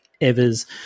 Evers